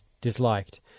disliked